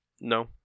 No